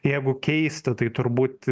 jeigu keisti tai turbūt